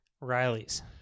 Riley's